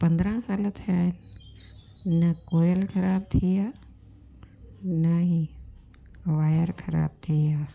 पंद्रहं साल थिया न कोइल ख़राब थी आहे न ई वायर ख़राब थी आहे